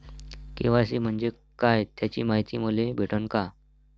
KYC म्हंजे काय त्याची मायती मले भेटन का?